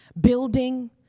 building